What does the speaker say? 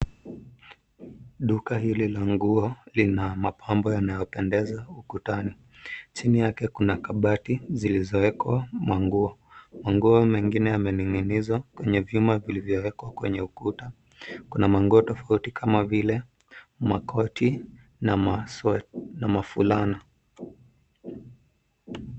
Duka hili la nguo lina mapambo yanayopendeza ukutani. Chini yake kuna kabati zilizowekwa manguo. Manguo mengine yamening'inizwa kwenye vyuma vilivyowekwa kwenye ukuta. Kuna manguo tofauti kama vile makoti na masweta na mafulana.